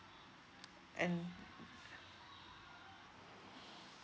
and